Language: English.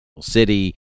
City